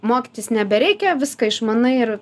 mokytis nebereikia viską išmanai ir